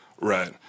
Right